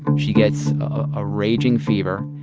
and she gets a raging fever,